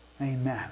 Amen